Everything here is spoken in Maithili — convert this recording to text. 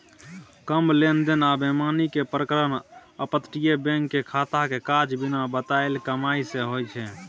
कम लेन देन आ बेईमानी के कारण अपतटीय बैंक के खाता के काज बिना बताएल कमाई सँ होइ छै